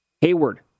Hayward